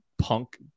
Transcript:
punk